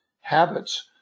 habits